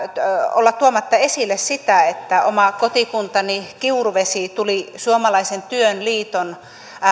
olla tuomatta esille sitä että oma kotikuntani kiuruvesi tuli suomalaisen työn liiton